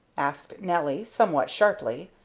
asked nelly, somewhat sharply.